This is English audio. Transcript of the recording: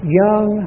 young